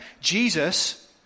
Jesus